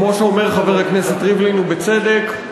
כמו שאומר חבר הכנסת ריבלין ובצדק,